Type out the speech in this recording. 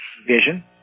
vision